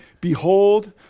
Behold